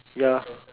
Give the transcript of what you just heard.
ya